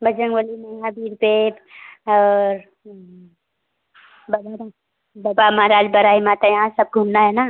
बजरंगबली पे और बप्पा महाराज बराही माता यहाँ सब घूमना है ना